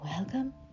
Welcome